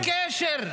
אתה לא מבין שאין קשר?